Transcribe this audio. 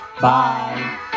Bye